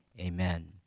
amen